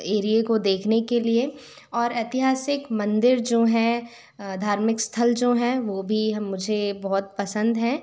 एरिये को देखने के लिए और ऐतिहासिक मंदिर जो हैं धार्मिक स्थल जो हैं वह भी हम मुझे बहुत पसंद हैं